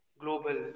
Global